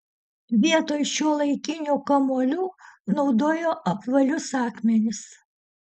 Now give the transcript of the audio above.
vietoj šiuolaikinių kamuolių naudojo apvalius akmenis